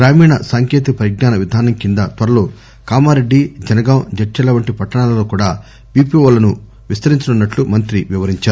గ్రామీణ సాంకేతిక పరిజ్ఞాన విధానం కింద త్వరలో కామారెడ్డి జనగాం జడ్టెర్ల వంటి పట్టణాలలో కూడా చిపిఓ లను విస్తరించనున్నట్లు మంత్రి వివరించారు